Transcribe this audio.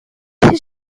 his